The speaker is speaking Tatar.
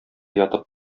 ятып